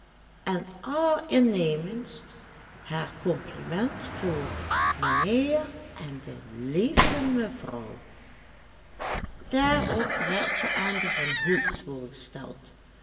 en allerinnemendst haar compliment voor mijnheer en de lieve mevrouw daarop werd ze aan de van hoels voorgesteld